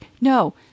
no